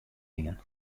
dien